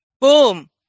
Boom